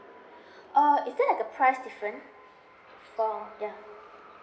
uh is there a price different for ya